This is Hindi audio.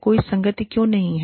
कोई संगति क्यों नहीं है